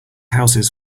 houses